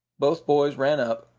both boys ran up,